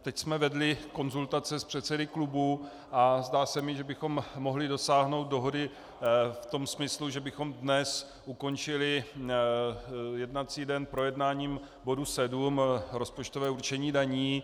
Teď jsme vedli konzultace s předsedy klubů a zdá se mi, že bychom mohli dosáhnout dohody v tom smyslu, že bychom dnes ukončili jednací den projednáním bodu 7 rozpočtové určení daní.